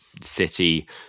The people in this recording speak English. City